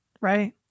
right